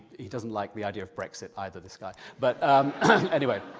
he doesn't like the idea of brexit either, this guy, but anyway,